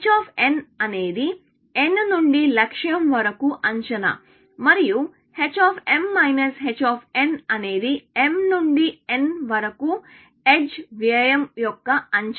h అనేది n నుండి లక్ష్యం వరకు అంచనా మరియు h h అనేది m నుండి n వరకు ఎడ్జ్ వ్యయం యొక్క అంచనా